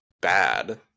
bad